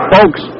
Folks